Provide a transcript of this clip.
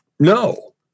No